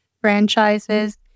franchises